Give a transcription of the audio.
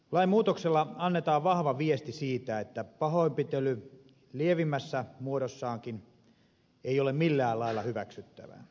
lainmuutoksella annetaan vahva viesti siitä että pahoinpitely lievimmässäkään muodossa ei ole millään lailla hyväksyttävää